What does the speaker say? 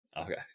Okay